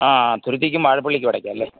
ആ തിരുത്തിക്കും വാഴപ്പിള്ളിക്കും ഇടയ്ക്കല്ലേ